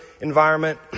environment